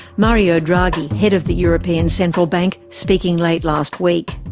mario draghi, head of the european central bank, speaking late last week.